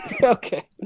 Okay